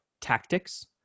tactics